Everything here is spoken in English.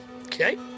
Okay